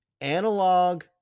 analog